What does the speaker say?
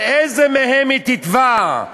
על איזה מהם היא תתבע,